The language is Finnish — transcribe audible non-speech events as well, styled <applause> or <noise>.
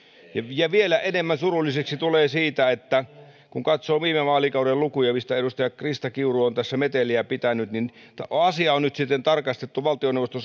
ja ja vielä enemmän surulliseksi tulee siitä kun katsoo viime vaalikauden lukuja joista edustaja krista kiuru on tässä meteliä pitänyt asia on nyt sitten tarkastettu valtioneuvoston <unintelligible>